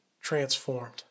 transformed